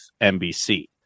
NBC